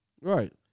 Right